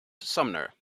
sumner